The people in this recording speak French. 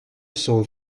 cent